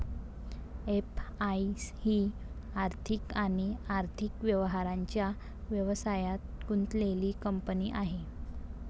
FI ही आर्थिक आणि आर्थिक व्यवहारांच्या व्यवसायात गुंतलेली कंपनी आहे